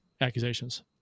accusations